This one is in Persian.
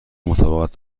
مطابقت